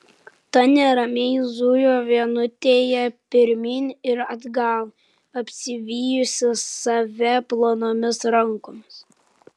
ta neramiai zujo vienutėje pirmyn ir atgal apsivijusi save plonomis rankomis